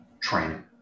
training